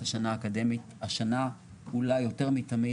האקדמית השנה אולי יותר מתמיד,